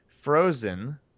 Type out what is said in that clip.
Frozen